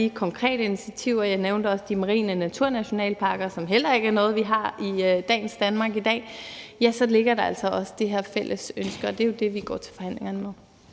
de konkrete initiativer – jeg nævnte også de marine naturnationalparker, som heller ikke er noget, vi har i dagens Danmark – så også ligger det her fælles ønske, og det er jo det, vi går til forhandlingerne med.